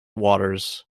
waters